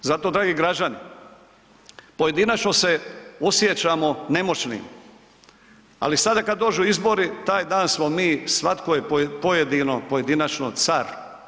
Zato dragi građani, pojedinačno se osjećamo nemoćnim, ali sada kada dođu izbori taj dan smo mi svatko je pojedinačno car.